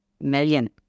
million